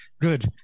Good